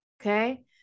okay